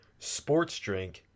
SPORTSDRINK